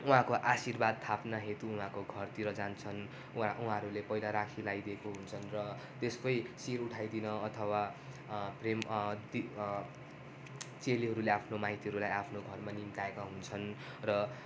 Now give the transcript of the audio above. उहाँहरूको आशीर्वाद थाप्न हेतु उहाँको घरतिर जान्छन् उहाँ उहाँहरूले पहिला राखी लाइदिएको हुन्छन् र त्यसकै शिर उठाइदिन अथवा प्रेम ती चेलीहरूले आफ्नो माइतीहरूलाई आफ्नो घरमा निम्ताएका हुन्छन् र